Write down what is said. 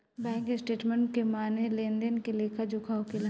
bank statement के माने लेन देन के लेखा जोखा होखेला